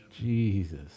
Jesus